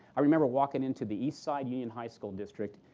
i remember walking into the eastside union high school district,